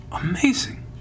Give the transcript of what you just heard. Amazing